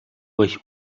euch